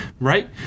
Right